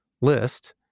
list